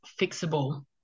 fixable